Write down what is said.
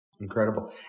Incredible